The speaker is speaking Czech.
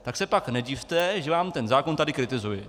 Tak se pak nedivte, že vám ten zákon tady kritizuji.